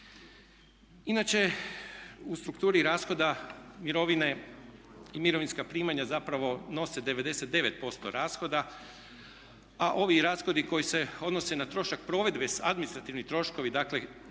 Inače, u strukturi rashoda mirovine i mirovinska primanja zapravo nose 99% rashoda, a ovi rashodi koji se odnose na trošak provedbe administrativni su troškovi koje